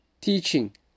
teaching